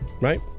right